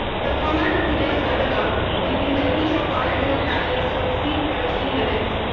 the format of today's webinar will be that each of our eminent panelists will speak for a few minutes,